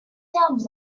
there